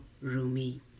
Rumi